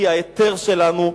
כי ההיתר שלנו,